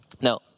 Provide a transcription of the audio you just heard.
Now